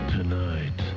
Tonight